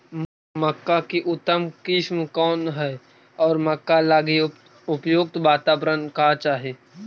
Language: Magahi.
मक्का की उतम किस्म कौन है और मक्का लागि उपयुक्त बाताबरण का चाही?